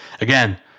Again